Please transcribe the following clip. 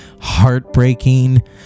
heartbreaking